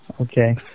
Okay